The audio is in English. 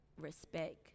respect